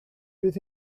bydd